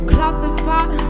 Classified